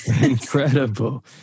Incredible